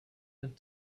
and